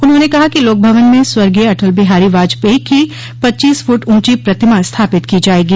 उन्होंने कहा कि लोकभवन में स्वर्गीय अटल बिहारी वाजपेयी की पच्चीस फुट ऊॅची प्रतिमा स्थापित की जायेगी